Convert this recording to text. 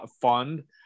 fund